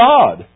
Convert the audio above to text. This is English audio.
God